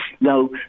Now